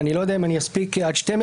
ואני לא יודע אם אני אספיק עד 12:00,